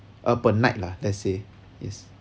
uh per night lah let's say yes